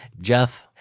Jeff